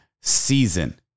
season